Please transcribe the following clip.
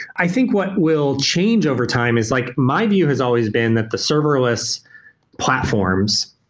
i think what will change overtime is like my view has always been that the serverless platforms,